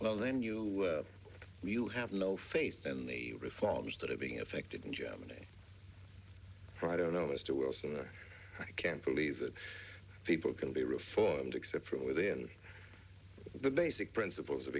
well then you you have no faith in the reforms that are being affected in germany for i don't know as to worsen or i can't believe that people can be reformed except for within the basic principles of